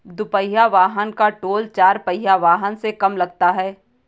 दुपहिया वाहन का टोल चार पहिया वाहन से कम लगता है